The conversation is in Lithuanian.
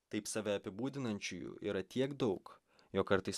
taip save apibūdinančiųjų yra tiek daug jog kartais